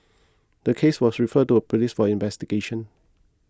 the case was referred to the police for investigation